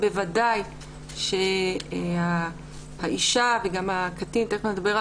בוודאי שהאישה וגם הקטין תכף נדבר על